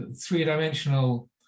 three-dimensional